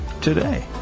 today